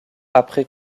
après